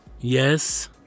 Yes